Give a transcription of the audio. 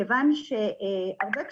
כיוון שהרבה קשישים,